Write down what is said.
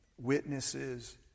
witnesses